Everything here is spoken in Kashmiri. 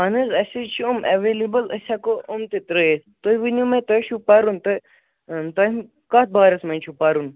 اہن حظ اَسے چھِ یِم ایٚولیبٕل أسۍ ہیٚکو اُم تہِ ترٛٲوِتھ تُہۍ ؤنِو مےٚ تۄہہِ چھُو پَرُن تۅہہِ تہٕ تۄہہِ کَتھ بارس مںٛز چھُو پَرُن